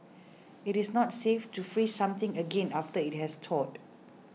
it is not safe to freeze something again after it has thawed